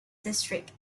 district